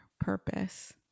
purpose